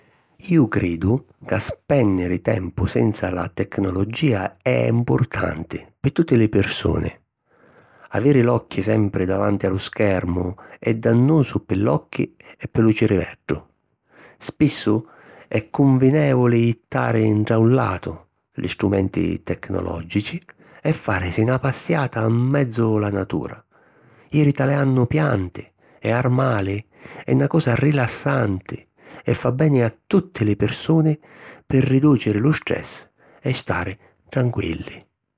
Iu cridu ca spènniri tempu senza la tecnologìa è mpurtanti pi tutti li pirsuni. Aviri l'occhi sempri davanti a lu schermu è dannusu pi l’occhi e pi lu ciriveddu. Spissu è cunvinèvuli jittari 'intra un latu li strumenti tecnològici e fàrisi na passiata 'n menzu la natura; jiri taliannu pianti e armali è na cosa rilassanti e fa beni a tutti li pirsuni pi ridùciri lu stress e stari tranquilli.